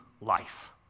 life